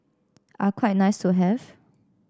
are quite nice to have